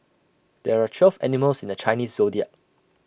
there are twelve animals in the Chinese Zodiac